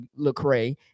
Lecrae